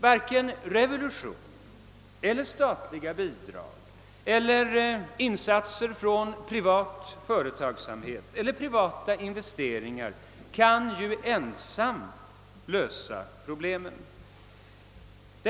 Varken revolutioner, statliga bidrag, insatser från privat företagsamhet eller: privata investeringar kan ensamma lösa problemen.